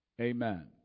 Amen